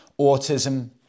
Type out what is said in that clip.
autism